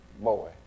boy